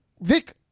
Vic